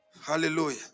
Hallelujah